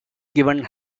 given